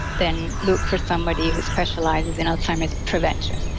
then look for somebody who specializes in alzheimer's prevention.